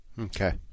Okay